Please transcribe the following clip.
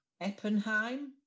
Eppenheim